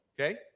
okay